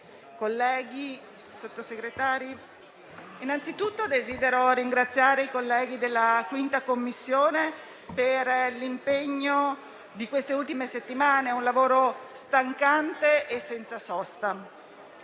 colleghi, signori Sottosegretari, innanzitutto desidero ringraziare i colleghi della 5a Commissione per l'impegno di queste ultime settimane, un lavoro stancante e senza sosta.